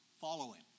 Following